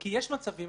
יש מצבים,